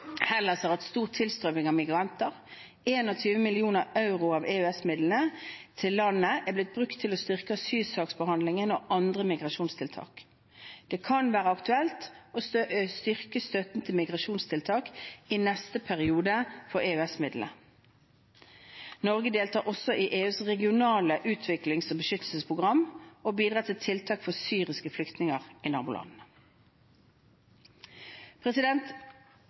Hellas har hatt stor tilstrømming av migranter. 21 mill. euro av EØS-midlene til landet er blitt brukt til å styrke asylsaksbehandlingen og andre migrasjonstiltak. Det kan være aktuelt å styrke støtten til migrasjonstiltak i neste periode for EØS-midlene. Norge deltar også i EUs regionale utviklings- og beskyttelsesprogram og bidrar til tiltak for syriske flyktninger i